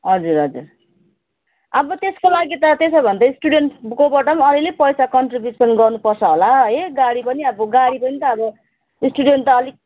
हजुर हजुर अब त्यसको लागि त त्यसो भने त स्टुडेन्टकोबाट पनि अलिअलि पैसा कन्ट्रिब्युसन गर्नुपर्छ होला है गाडीको पनि अब गाडीको पनि त अब स्टुडेन्ट त अलिक